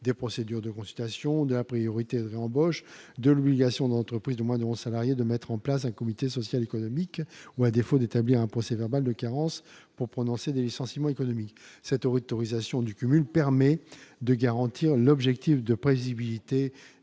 des procédures de consultation de la priorité embauches de l'obligation d'entreprises de moins de 11 salariés de mettre en place un comité social, économique ou, à défaut d'établir un procès-verbal de carence pour prononcer des licenciements économiques, cette autorisation du cumul permet de garantir l'objectif de prévisibilité